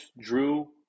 Drew